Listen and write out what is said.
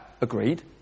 Agreed